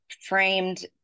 framed